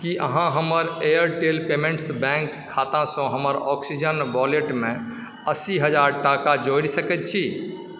की अहाँ हमर Airtel payments bank खातासँ हमर ऑक्सीजन वॉलेट मे अस्सी हजार टाका जोड़ि सकैत छी